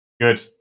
Good